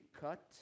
cut